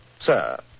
Sir